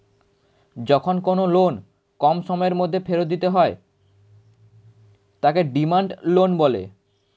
যখন কোনো লোন কম সময়ের মধ্যে ফেরত দিতে হয় তাকে ডিমান্ড লোন বলে